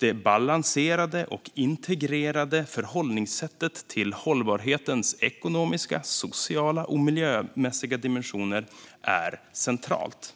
Det balanserade och integrerade förhållningssättet till hållbarhetens ekonomiska, sociala och miljömässiga dimensioner är centralt.